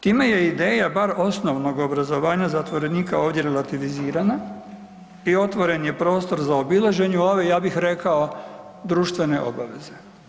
Time je ideja bar osnovnog obrazovanja zatvorenika ovdje relativizirana i otvoren je prostor za obilaženje ove ja bih rekao društvene obaveze.